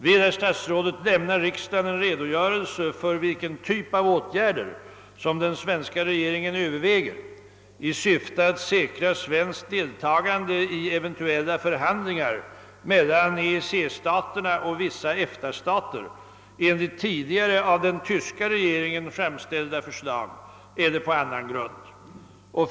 Vill herr statsrådet lämna riksdagen en redogörelse för vilken typ av åtgärder som den svenska regeringen överväger i syfte att säkra svenskt deltagande i eventuella förhandlingar mellan EEC-staterna och vissa EFTA-stater enligt tidigare av den tyska regeringen framställda förslag eller på annan grund? 2.